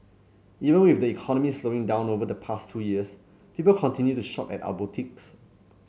even with the economy slowing down over the past two years people continued to shop at our boutiques